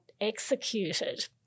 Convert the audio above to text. executed